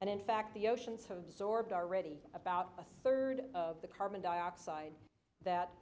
and in fact the oceans have absorbed already about a third of the carbon dioxide that